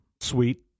Sweet